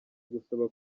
gusaba